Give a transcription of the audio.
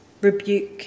rebuke